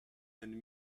and